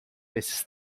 nesses